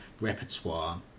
repertoire